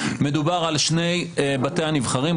מדובר על שני בתי הנבחרים,